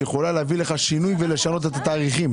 היא יכולה להביא לך שינוי ולשנות את התאריכים.